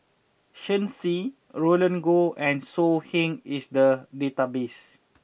Shen Xi Roland Goh and So Heng is the database